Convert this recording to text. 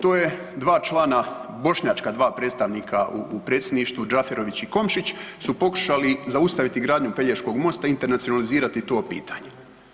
To je dva člana, bošnjačka dva predstavnika u predsjedništvu Džaferović i Komšić su pokušali zaustaviti gradnju Pelješkog mosta i internacionalizirati to pitanje.